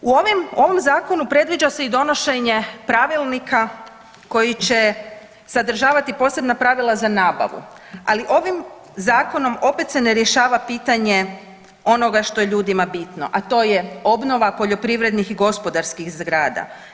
U ovom Zakonu predviđa se i donošenje pravilnika koji će sadržavati posebna pravila za nabavu, ali ovim Zakonom opet se ne rješava pitanje onoga što je ljudima bitno, a to je obnova poljoprivrednih i gospodarskih zgrada.